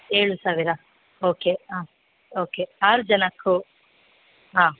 ಏಳು ಸಾವಿರ ಓಕೆ ಹಾಂ ಓಕೆ ಆರು ಜನಕ್ಕೂ ಹಾಂ